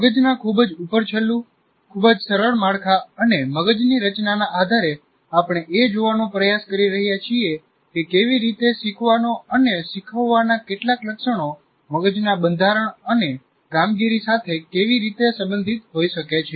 મગજના ખૂબ જ ઊપરછલું ખૂબ જ સરળ માળખા અને મગજની રચનાના આધારે આપણે એ જોવાનો પ્રયાસ કરી રહ્યા છીએ કે કેવી રીતે શીખવાનો અને શીખવવાના કેટલાક લક્ષણો મગજના બંધારણ અને કામગીરી સાથે કેવી રીતે સંબંધિત હોઈ શકે છે